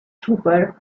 trooper